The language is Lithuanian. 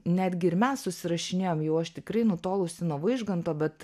netgi ir mes susirašinėjom jau aš tikrai nutolusi nuo vaižganto bet